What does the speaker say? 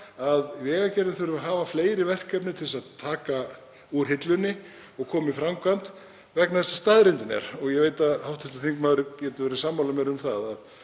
að Vegagerðin þurfi að hafa fleiri verkefni til að taka úr hillunni og koma í framkvæmd vegna þess að staðreyndin er, og ég veit að hv. þingmaður getur verið sammála mér um það,